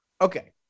Okay